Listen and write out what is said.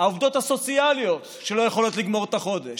העובדות הסוציאליות שלא יכולות לגמור את החודש,